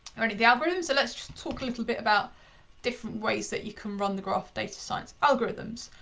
the algorithm. so let's just talk a little bit about different ways that you can run the graph data science algorithms.